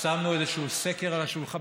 שמנו סקר על השולחן,